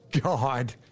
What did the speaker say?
God